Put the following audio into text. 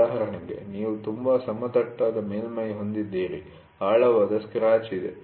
ಉದಾಹರಣೆಗೆ ನೀವು ತುಂಬಾ ಸಮತಟ್ಟಾದ ಮೇಲ್ಮೈ ಹೊಂದಿದ್ದೀರಿ ಆಳವಾದ ಸ್ಕ್ರಾಚ್ ಇದೆ